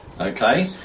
okay